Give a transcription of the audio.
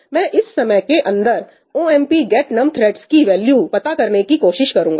मैं इस समय के अंदर omp get num threads की वैल्यू पता करने की कोशिश करूंगा